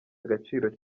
agaciro